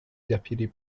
deputy